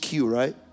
right